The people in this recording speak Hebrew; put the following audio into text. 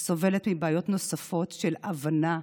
הסובלת מבעיות נוספות של הבנה,